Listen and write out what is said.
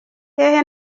hehe